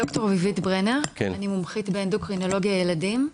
ד״ר אביבית ברנר ואני מומחית באנדוקרינולוגיה ילדים.